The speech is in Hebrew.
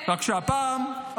רק שהפעם,